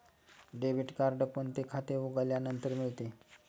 Debit card कोणते खाते उघडल्यानंतर मिळते?